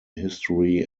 history